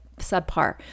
subpar